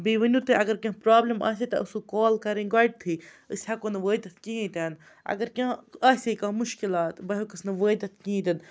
بیٚیہِ ؤِنیو تُہۍ اگر کینٛہہ پرابلِم آسہِ ہے تۄہہِ اوسُو کال کَرٕنۍ گۄڈٕتھٕے أسۍ ہیٚکو نہٕ وٲتِتھ کِہیٖن تہِ نہ اگر کینٛہہ آسہِ ہے کانہہ مُشکِلات بہٕ ہیٚکُس نہٕ وٲتِتھ کہیٖنۍ تہِ نہٕ